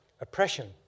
oppression